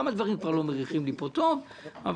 כמה דברים כבר לא מריחים לי פה טוב, בסדר,